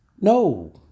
No